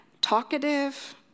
talkative